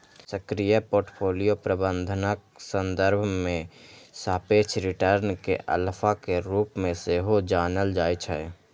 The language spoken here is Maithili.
सक्रिय पोर्टफोलियो प्रबंधनक संदर्भ मे सापेक्ष रिटर्न कें अल्फा के रूप मे सेहो जानल जाइ छै